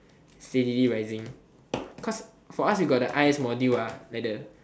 steadily rising cause for us we got the i_s module ah like the